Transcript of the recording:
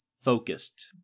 focused